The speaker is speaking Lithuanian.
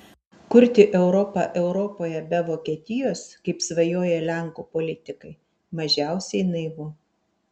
kurti europą europoje be vokietijos kaip svajoja lenkų politikai mažiausiai naivu